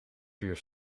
vuur